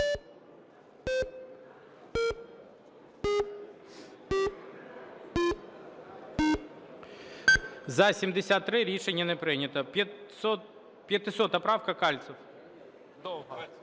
За-73 Рішення не прийнято. 500 правка, Кальцев.